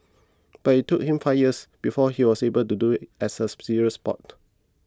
but it took him five years before he was able to do it as a serious sport